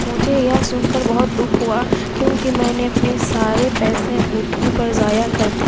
مجھے یہ سن کر بہت دکھ ہوا کیونکہ میں نے اپنے سارے پیسے انگوٹھی پر ضائع کر دیے